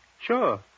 Sure